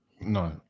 No